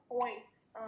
points